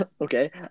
okay